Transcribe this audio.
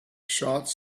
shots